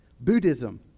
Buddhism